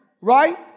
right